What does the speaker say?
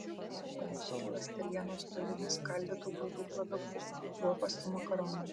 panašiai ląstelienos turi neskaldytų grūdų produktai kruopos ir makaronai